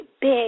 big